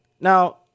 Now